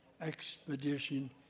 expedition